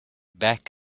back